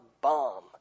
bomb